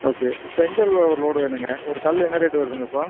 okay செங்கல் ஒரு load வேணும்ங்க ஒரு கல் என்ன ரேட்டு வருதுங்க இப்போது